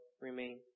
remain